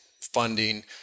funding